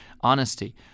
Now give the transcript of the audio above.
honesty